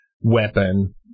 weapon